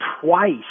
twice